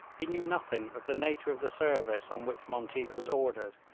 he knew nothing of the nature of the service on which monteath was ordered,